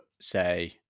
say